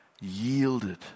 yielded